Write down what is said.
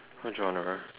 what genre